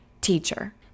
teacher